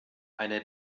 eine